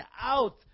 out